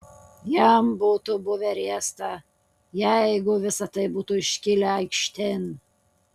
jam būtų buvę riesta jeigu visa tai būtų iškilę aikštėn